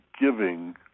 giving